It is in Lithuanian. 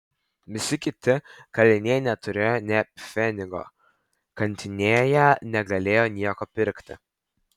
visi kiti kaliniai neturėjo nė pfenigo kantinėje negalėjo nieko pirkti